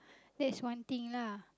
that's one thing lah